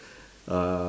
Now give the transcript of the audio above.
err